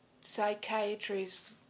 psychiatrists